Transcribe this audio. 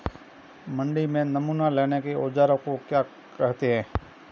मंडी में नमूना लेने के औज़ार को क्या कहते हैं?